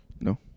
No